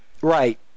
Right